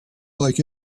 like